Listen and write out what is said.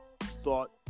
thought